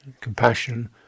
Compassion